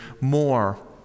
more